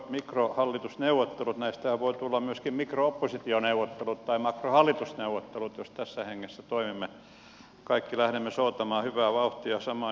näistähän voi tulla myöskin mikro oppositioneuvottelut tai makrohallitusneuvottelut jos tässä hengessä toimimme kaikki lähdemme soutamaan hyvää vauhtia samaan ja hyvään suuntaan